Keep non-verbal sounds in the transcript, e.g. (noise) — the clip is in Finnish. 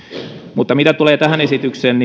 mutta mitä tulee tähän esitykseen (unintelligible)